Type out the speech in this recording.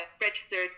registered